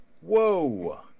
Whoa